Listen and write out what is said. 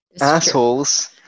assholes